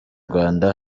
rwanda